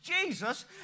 Jesus